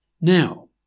Now